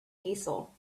diesel